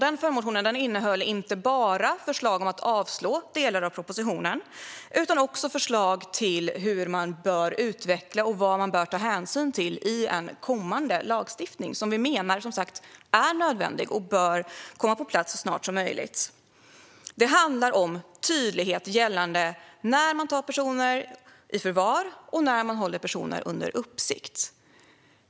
Denna följdmotion innehöll inte bara förslag om att avslå delar av propositionen utan också förslag på vad man bör utveckla och ta hänsyn till i en kommande lagstiftning, som vi som sagt menar är nödvändig och bör komma på plats så snart som möjligt. Det handlar om tydlighet gällande när man tar personer i förvar och när man håller personer under uppsikt.